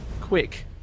quick